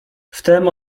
wtem